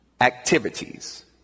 activities